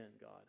God